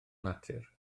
natur